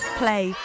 play